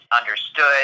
understood